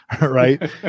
Right